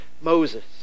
Moses